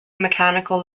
mechanical